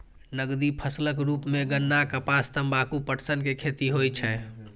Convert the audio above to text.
नकदी फसलक रूप मे गन्ना, कपास, तंबाकू, पटसन के खेती होइ छै